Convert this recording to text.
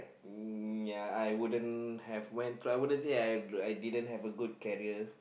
ya I wouldn't have went through I wouldn't say I wouldn't said I didn't have a good career